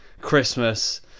Christmas